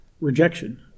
rejection